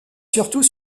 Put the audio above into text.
surtout